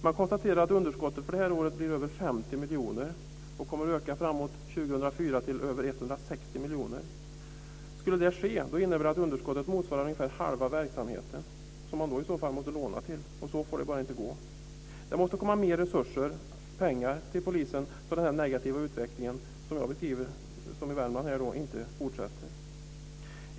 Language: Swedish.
Man konstaterar att underskottet för detta år blir över 50 miljoner och kommer att öka framåt 2004 till över 160 miljoner. Skulle det ske innebär det att underskottet motsvarar ungefär halva verksamheten som man i så fall måste låna till. Och så får det bara inte bli. Det måste komma mer resurser, pengar, till polisen så att denna negativa utveckling som jag beskriver i Värmland inte fortsätter.